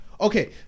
Okay